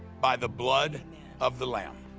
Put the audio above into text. by the blood of the lamb.